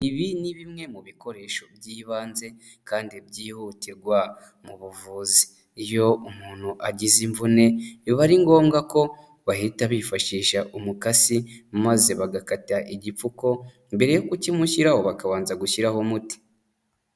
Ibi ni bimwe mu bikoresho by'ibanze kandi byihutirwa mu buvuzi, iyo umuntu agize imvune biba ari ngombwa ko bahita bifashisha umukasi maze bagakata igipfuko mbere yo kukimushyiraho bakabanza gushyiraho umuti.